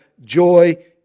joy